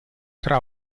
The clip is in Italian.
tra